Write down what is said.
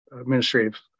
administrative